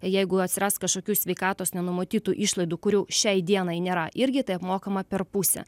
jeigu atsiras kažkokių sveikatos nenumatytų išlaidų kurių šiai dienai nėra irgi tai apmokama per pusę